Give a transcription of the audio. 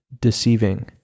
deceiving